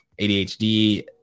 ADHD